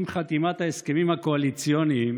עם חתימת ההסכמים הקואליציוניים